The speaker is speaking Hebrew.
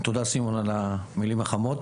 אני מודה לך, סימון, על המילים החמות.